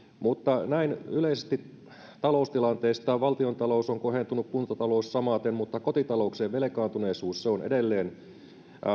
mutta näin yleisesti taloustilanteesta valtiontalous on kohentunut kuntatalous samaten mutta kotitalouksien velkaantuneisuus on edelleen